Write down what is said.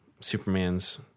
Superman's